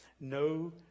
no